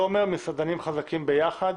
תומר, מסעדנים חזקים ביחד.